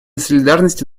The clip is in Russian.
солидарности